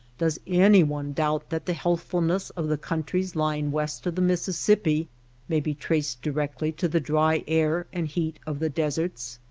does anyone doubt that the healthful ness of the countries lying west of the mississ ippi may be traced directly to the dry air and heat of the deserts.